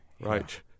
Right